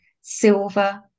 silver